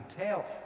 tell